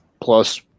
plus